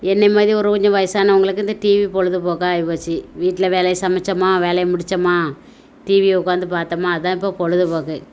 என்ன மாதிரி ஒரு கொஞ்சம் வயசானவங்களுக்கு இந்த டிவி பொழுதுபோக்கா ஆயிப்போச்சு வீட்டில வேலையை சமைச்சோமா வேலையை முடிச்சோமா டிவியை உக்காந்து பார்த்தோமா அதுதான் இப்போ பொழுதுபோக்கு